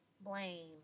blame